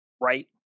Right